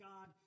God